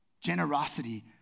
Generosity